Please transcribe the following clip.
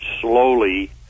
slowly